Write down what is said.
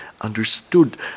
understood